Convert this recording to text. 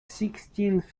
sixteenth